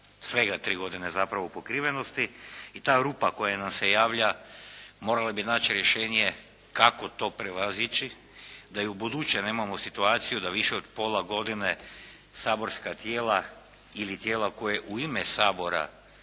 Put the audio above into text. svega tri godine zapravo pokrivenosti i ta rupa koja nam se javlja morali bi naći rješenje kako to prevazići da i u buduće nemamo situaciju da više od pola godine saborska tijela ili tijela koja u ime Sabora